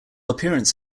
appearance